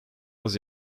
was